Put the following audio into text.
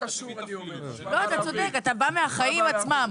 אתה צודק, אתה בא מהחיים עצמם.